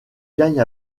gagne